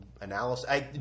analysis